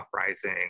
uprising